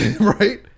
Right